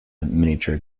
miniature